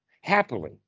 happily